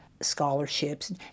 scholarships